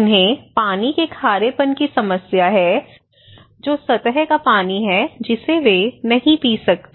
उन्हें पानी के खारेपन की समस्या है जो सतह का पानी है जिसे वे नहीं पी सकते